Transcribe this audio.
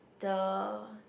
the